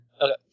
Okay